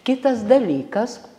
kitas dalykas